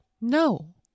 No